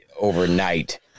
overnight